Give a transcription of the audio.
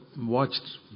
watched